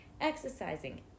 exercising